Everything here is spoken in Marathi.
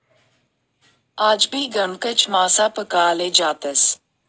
आजबी गणकच मासा पकडाले जातस